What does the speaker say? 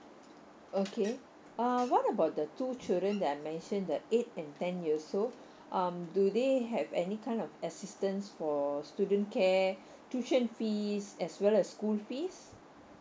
okay uh what about the two children that I mention the eight and ten years old um do they have any kind of assistance for student care tuition fees as well as school fees